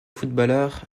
footballeur